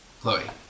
Chloe